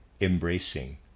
embracing